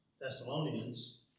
Thessalonians